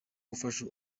gufasha